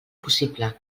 possible